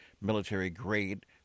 military-grade